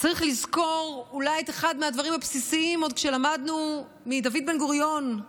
צריך לזכור אולי את אחד מהדברים הבסיסיים שעוד למדנו מדוד בן-גוריון,